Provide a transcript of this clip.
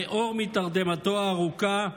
נעור מתרדמתו הארוכה,